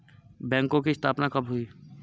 बैंकों की स्थापना कब हुई?